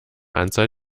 anzahl